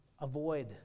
avoid